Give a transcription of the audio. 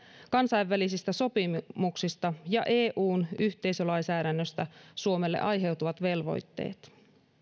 kansainvälisistä sopimuksista ja eun yhteisölainsäädännöstä suomelle aiheutuvat velvoitteet